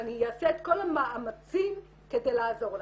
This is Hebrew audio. ואני אעשה את כל המאמצים כדי לעזור לה.